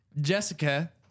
Jessica